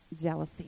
jealousy